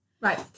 Right